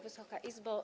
Wysoka Izbo!